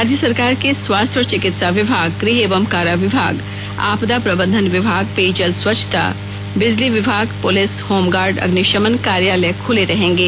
राज्य सरकार के स्वास्थ्य और चिकित्सा विभाग गृह एवं कारा विभाग आपदा प्रबंधन विभाग पेयजल स्वच्छता बिजली विभाग पुलिस होमगार्ड अग्निशमन कार्यालय खुले रहेंगे